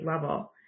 level